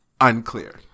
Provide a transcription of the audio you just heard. unclear